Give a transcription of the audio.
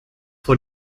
vor